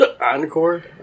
Encore